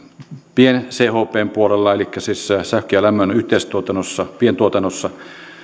pien chpn puolella elikkä sähkön ja lämmön yhteistuotannossa pientuotannossa